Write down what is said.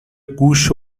گوش